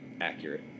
accurate